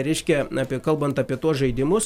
reiškia apie kalbant apie tuos žaidimus